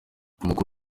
umukuru